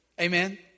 Amen